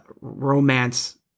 romance